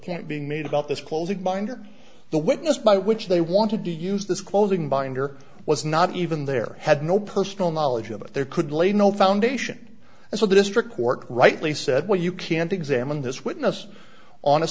account being made about this closing binder the witness by which they wanted to use this closing binder was not even there had no personal knowledge of it there could lay no foundation and so the district court rightly said well you can't examine this witness on a